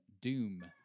Doom